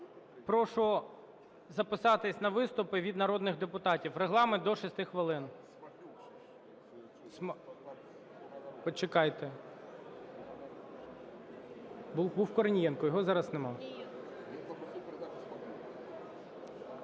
Прошу записатися на виступи від народних депутатів. Регламент – до 6 хвилин. Почекайте. Був Корнієнко, його зараз нема.